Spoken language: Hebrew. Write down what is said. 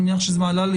אני מניח שזה מל"ל,